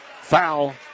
Foul